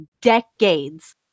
decades